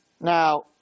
Now